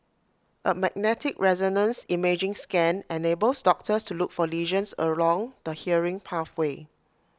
A magnetic resonance imaging scan enables doctors to look for lesions along the hearing pathway